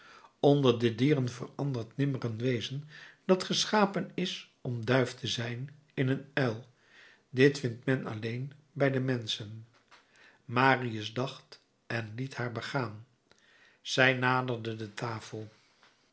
onder de dieren verandert nimmer een wezen dat geschapen is om duif te zijn in een uil dit vindt men alleen bij de menschen marius dacht en liet haar begaan zij naderde de tafel